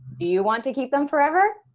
do you want to keep them forever?